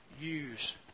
use